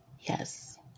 Yes